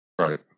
Right